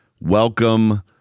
welcome